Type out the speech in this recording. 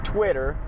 Twitter